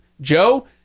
Joe